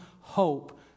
hope